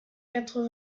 quatre